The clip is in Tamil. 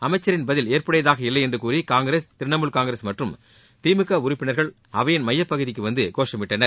அமைச்சரின் பதில் ஏற்புடையதாக இல்லை என்று கூறி காங்கிரஸ் திரிணாமுல் காங்கிரஸ் மற்றும் திமுக உறுப்பினர்கள் அவையின் மையப்பகுதிக்கு வந்து கோஷமிட்டனர்